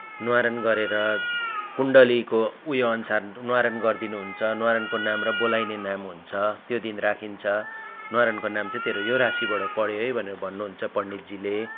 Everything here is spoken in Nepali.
न्वारन गरेर कुण्डलीको उयो अनुसार न्वारन गरिदिनुहुन्छ न्वारानको नाम र बोलाइने नाम हुन्छ त्यो दिन राखिन्छ न्वारनको नाम चाहिँ तेरो यो राशिबाट पऱ्यो है भनेर भन्नुहुन्छ पण्डितजीले